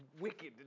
Wicked